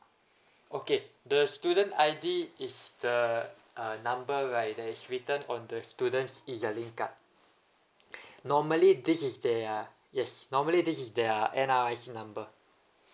okay the student I_D is the uh number right that is written on the student's ezlink card normally this is their yes normally this is their N_R_I_C number